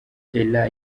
ella